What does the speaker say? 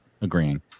agreeing